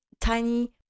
tiny